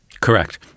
Correct